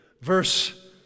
verse